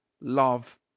love